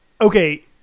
okay